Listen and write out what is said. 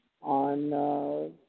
on